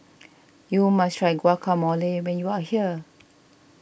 you must try Guacamole when you are here